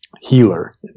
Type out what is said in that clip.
healer